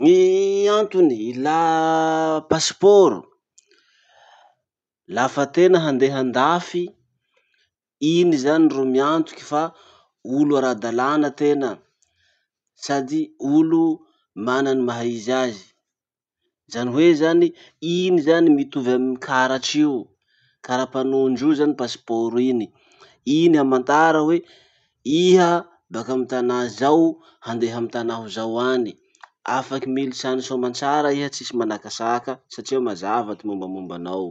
Gny antony ilà paisporo. Lafa tena handeha andafy, iny zany ro miantoky fa olo ara-dalàna tena sady olo mana ny maha izy azy. Zany hoe zany, iny zany mitovy amy karatsy io, karapanondro io zany pasiporo iny. Iny amantara hoe iha baka amy tanà zao handeha amy tanà ho zao any. Afaky militsy any soamantsara iha tsisy manakasaka satria mazava ty mombamomba anao.